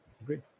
agreed